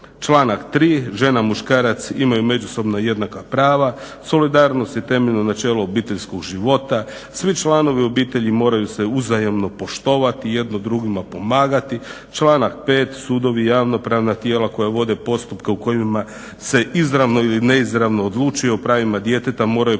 Članak 3., žena i muškarac imaju međusobno jednaka prava, solidarnost je temeljeno načelo obiteljskog života, svi članovi u obitelji moraju se uzajamno poštovati, jedno drugima pomagati. Članak 5., sudovi, javnopravna tijela koja vode postupke u kojima se izravno ili neizravno odlučuje o pravima djeteta moraju prvenstveno